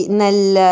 nel